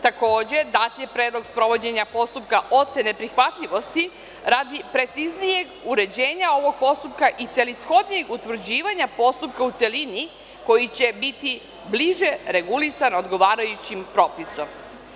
Takođe, dat je predlog sprovođenja postupka ocene prihvatljivosti radi preciznijeg uređenja ovog postupka i celishodnijeg utvrđivanja postupka u celini koji će biti bliže regulisan odgovarajućim propisom.